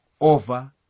over